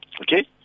Okay